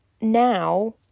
now